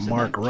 Mark